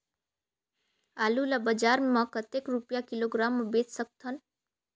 आलू ला बजार मां कतेक रुपिया किलोग्राम म बेच सकथन?